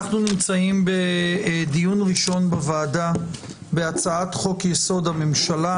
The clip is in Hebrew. אנחנו נמצאים בדיון ראשון בוועדה בהצעת חוק-יסוד: הממשלה